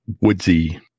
woodsy